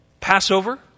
Passover